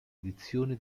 edizioni